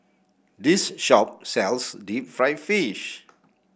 this shop sells Deep Fried Fish